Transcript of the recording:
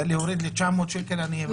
להוריד ל-900 שקל, אני הבנתי.